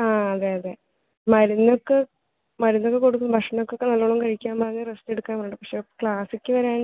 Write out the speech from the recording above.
ആ അതെയതെ മരുന്നൊക്കെ മരുന്നൊക്കെ കൊടുക്കും ഭക്ഷണമൊക്കെ നല്ലവണ്ണം കഴിക്കാൻ പറഞ്ഞു റെസ്റ്റ് എടുക്കാൻ ആണ് പക്ഷേ ക്ലാസ്സിലേക്ക് വരാൻ